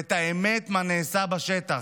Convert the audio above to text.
ואת האמת על מה שנעשה בשטח,